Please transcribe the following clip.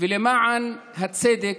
ולמען הצדק,